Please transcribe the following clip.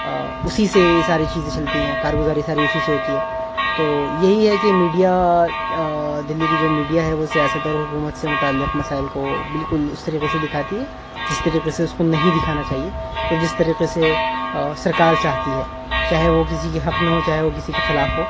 اسی سے یہ ساری چیزیں چلتی ہیں کارگزاری ساری اسی سے ہوتی ہے تو یہی ہے کہ میڈیا دہلی کی جو میڈیا ہے وہ سیاست اور حکومت سے متعلق مسائل کو بالکل اس طریقے سے دکھاتی ہے جس طریقے سے اس کو نہیں دکھانا چاہیے جس طریقے سے سرکار چاہتی ہے چاہے وہ کسی کی حق میں ہو چاہے وہ کسی کے خلاف ہو